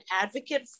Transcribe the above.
advocate